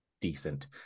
decent